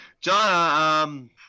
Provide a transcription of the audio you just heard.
John